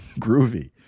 Groovy